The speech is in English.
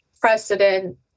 precedent